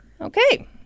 Okay